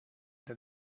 that